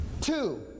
Two